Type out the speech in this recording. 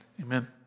Amen